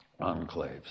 enclaves